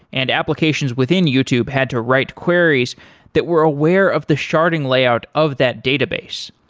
and applications within youtube had to write queries that were aware of the sharding layout of that database.